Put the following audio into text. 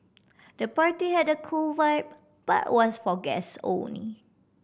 the party had a cool vibe but was for guests only